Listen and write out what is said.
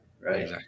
right